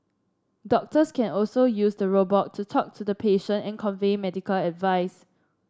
doctors can also use the robot to talk to the patient and convey medical advice